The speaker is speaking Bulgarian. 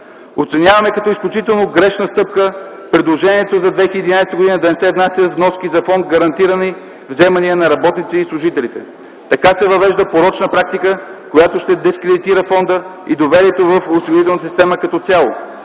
Оценяваме като изключително грешна стъпка предложението за 2011 г. да не се внасят вноски за фонд „Гарантирани вземания на работниците и служителите”. Така се въвежда порочна практика, която ще дискредитира фонда и доверието в осигурителната система като цяло.